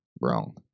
wrong